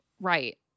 Right